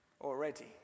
already